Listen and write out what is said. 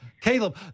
Caleb